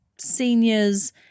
seniors